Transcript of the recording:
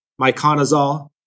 myconazole